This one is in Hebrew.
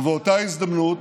ובאותה הזדמנות,